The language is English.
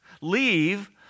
leave